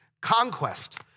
Conquest